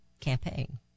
campaign